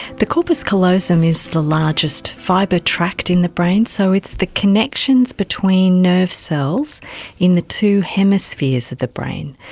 the corpus callosum is the largest fibre tract in the brain, so it's the connections between nerve cells in the two hemispheres of the brain.